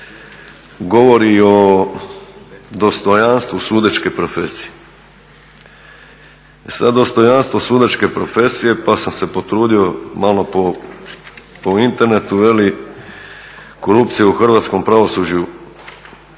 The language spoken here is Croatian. govori i o dostojanstvu sudačke profesije. Sada dostojanstvo sudačke profesije pa sam se potrudio malo po internetu, korupcije u Hrvatskom pravosuđu